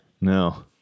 No